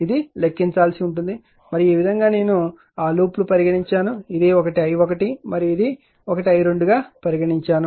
ఇది లెక్కించ వలసి ఉంటుంది మరియు ఈ విధంగా నేను ఆ లూప్ లు పరిగణించాను ఇది ఒకటి i1 మరియు ఇది ఒకటి i2 గా పరిగణించాను